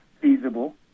feasible